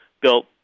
built